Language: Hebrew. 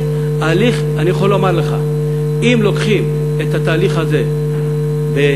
אני יכול לומר לך: אם לוקחים את התהליך הזה בסדר,